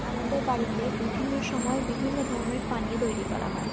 আমাদের বাড়িতে বিভিন্ন সময় বিভিন্ন ধরনের পানীয় তৈরি করা হয়